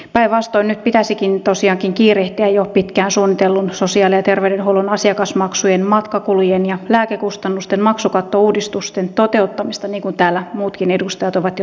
päinvastoin nyt pitäisikin tosiaankin kiirehtiä jo pitkään suunnitellun sosiaali ja ter veydenhuollon asiakasmaksujen matkakulujen ja lääkekustannusten maksukattouudistusten toteuttamista niin kuin täällä muutkin edustajat ovat jo todenneet